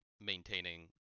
maintaining